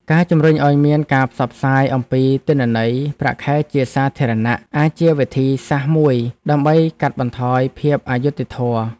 ការជំរុញឱ្យមានការផ្សព្វផ្សាយអំពីទិន្នន័យប្រាក់ខែជាសាធារណៈអាចជាវិធីសាស្ត្រមួយដើម្បីកាត់បន្ថយភាពអយុត្តិធម៌។